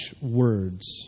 words